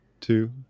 two